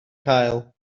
cael